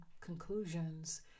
conclusions